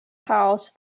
house